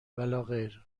ولاغیر